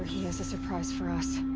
has a surprise for us.